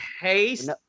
Haste